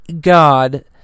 God